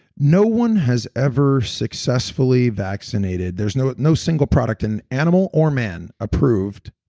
no one has ever successfully vaccinated. there's no no single product in animal or man approved,